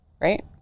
right